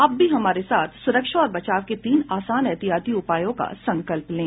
आप भी हमारे साथ सुरक्षा और बचाव के तीन आसान एहतियाती उपायों का संकल्प लें